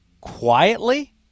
quietly